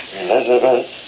Elizabeth